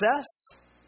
success